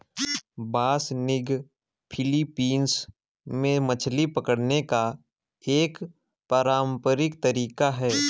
बासनिग Philippines में मछली पकड़ने का एक पारंपरिक तरीका है